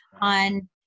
on